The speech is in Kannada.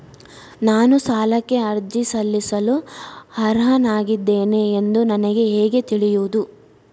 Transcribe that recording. ನಾನು ಸಾಲಕ್ಕೆ ಅರ್ಜಿ ಸಲ್ಲಿಸಲು ಅರ್ಹನಾಗಿದ್ದೇನೆ ಎಂದು ನನಗೆ ಹೇಗೆ ತಿಳಿಯುವುದು?